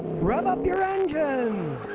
rev up your engines,